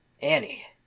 Annie